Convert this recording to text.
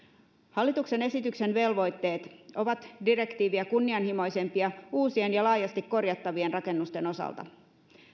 hallituksen esityksen velvoitteet ovat direktiiviä kunnianhimoisempia uusien ja laajasti korjattavien rakennusten osalta